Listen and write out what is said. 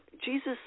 Jesus